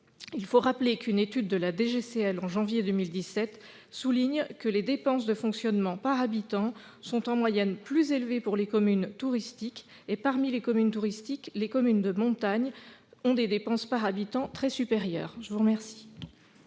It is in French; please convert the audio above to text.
territoriales, publiée au mois de janvier 2017, souligne que les dépenses de fonctionnement par habitant sont en moyenne plus élevées pour les communes touristiques. Parmi les communes touristiques, les communes de montagne ont des dépenses par habitant très supérieures. Quel